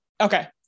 Okay